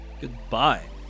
Goodbye